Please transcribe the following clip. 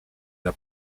dla